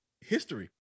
history